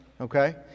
okay